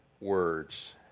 Words